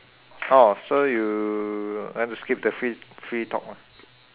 orh so you want to skip the free free talk lah